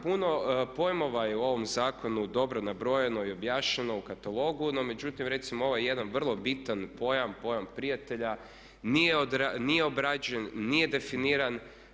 Puno pojmova je u ovom Zakonu dobro nabrojeno i objašnjeno u katalogu no međutim recimo ovaj vrlo bitan pojam, pojam prijatelja nije obrađen, nije definiran.